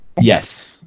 Yes